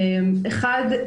אחד,